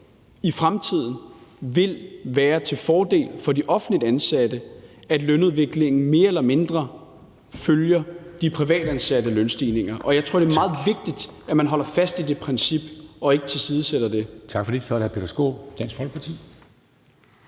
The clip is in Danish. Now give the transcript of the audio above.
i fremtiden, vil være til fordel for de offentligt ansatte, nemlig at lønudviklingen mere eller mindre følger de privatansattes lønstigninger. Og jeg tror, det er meget vigtigt, at man holder fast i det princip og ikke tilsidesætter det.